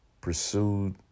pursued